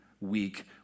weak